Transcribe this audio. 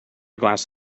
glass